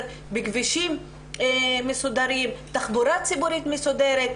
בכבישים מסודרים ובתחבורה ציבורית מסודרת.